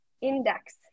index